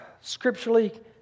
scripturally